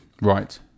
Right